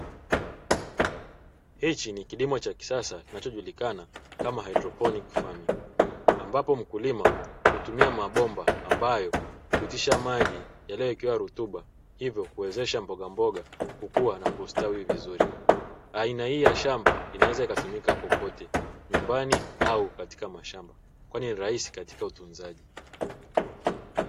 Hichi ni Kilimo cha kisasa kinachojulikana kama haidroponi, ambapo mkulima hutumia mabomba ambayo hupitisha maji yanayoekewa virutubisho, hivyo kuwezesha mboga mboga kukua na kustawi vizuri. Aina hii ya shamba inaweza ikatumika popote nyumbani au katika mashamba kwani ni rahisi katika utunzaji.